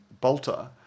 Bolter